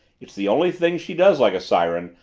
it's the only thing she does like a siren,